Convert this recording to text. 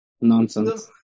nonsense